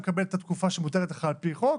אחד מקבל את התקופה שמותרת לו על פי חוק.